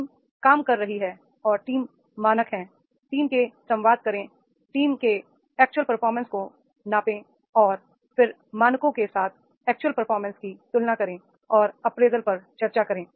team काम कर रही है और टीम मानक हैं टीम से संवाद करें टीम के एक्चुअल परफॉर्मेंस को मापें और फिर मानकों के साथ एक्चुअल परफॉर्मेंस की तुलना करें और अप्रेजल पर चर्चा करें